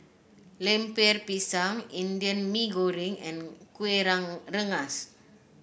Lemper Pisang Indian Mee Goreng and Kueh Rengas